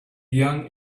young